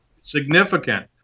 significant